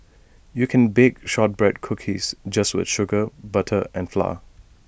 you can bake Shortbread Cookies just with sugar butter and flour